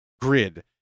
grid